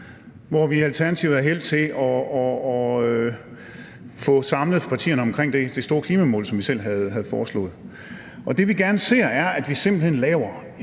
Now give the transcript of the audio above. hvor vi i Alternativet havde held til at få samlet partierne omkring det store klimamål, som vi selv havde foreslået. Det, vi gerne ser, er, at vi simpelt hen laver